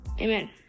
Amen